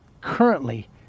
currently